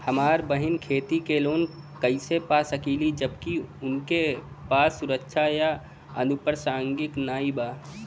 हमार बहिन खेती के लोन कईसे पा सकेली जबकि उनके पास सुरक्षा या अनुपरसांगिक नाई बा?